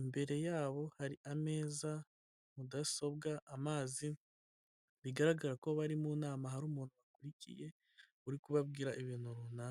imbere yabo hari ameza, mudasobwa, amazi bigaragara ko bari mu nama hari umuntu ukurikiye uri kubabwira ibintu runaka.